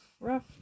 rough